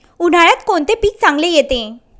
उन्हाळ्यात कोणते पीक चांगले येते?